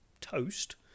toast